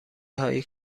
هایی